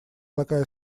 такая